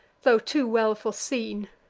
tho' too well foreseen?